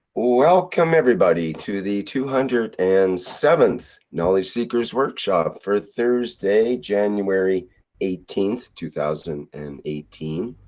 welcome everybody, to the two hundred and seventh knowledge seekers workshop, for thursday, january eighteenth, two thousand and eighteen.